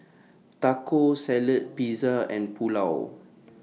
Taco Salad Pizza and Pulao